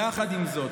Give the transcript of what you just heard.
יחד עם זה,